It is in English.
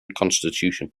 constitution